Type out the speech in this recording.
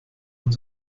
und